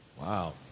Wow